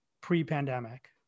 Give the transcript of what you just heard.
pre-pandemic